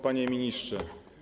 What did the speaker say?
Panie Ministrze!